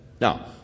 Now